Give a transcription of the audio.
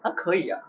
!huh! 可以 ah